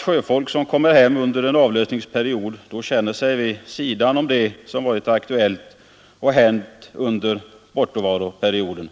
Sjöfolk som kommer hem under en avlösningsperiod känner sig därför stå vid sidan av det som varit aktuellt och hänt under bortovaroperioden.